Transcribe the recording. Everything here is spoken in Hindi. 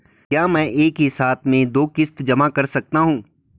क्या मैं एक ही साथ में दो किश्त जमा कर सकता हूँ?